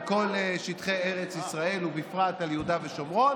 על כל שטחי ארץ ישראל, ובפרט על יהודה ושומרון.